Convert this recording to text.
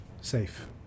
safe